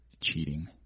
cheating